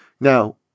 Now